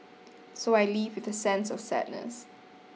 so I leave with a sense of sadness